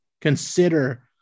consider